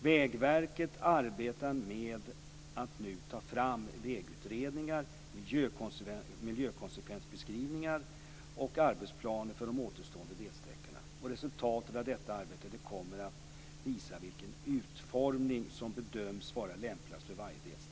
Vägverket arbetar nu med att ta fram vägutredningar, miljökonsekvensbeskrivningar och arbetsplaner för de återstående delsträckorna, och resultatet av detta arbete kommer att visa vilken utformning som bedöms vara lämpligast för varje delsträcka.